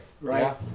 Right